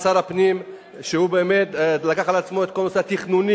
את שר הפנים שלקח על עצמו את כל הנושא התכנוני,